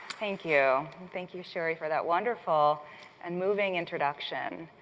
thank you. and thank you, shari, for that wonderful and moving introduction.